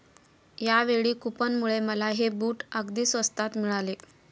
यावेळी कूपनमुळे मला हे बूट अगदी स्वस्तात मिळाले